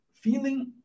feeling